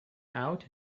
out